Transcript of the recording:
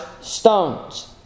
stones